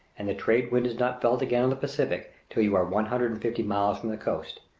and the trade wind is not felt again on the pacific till you are one hundred and fifty miles from the coast.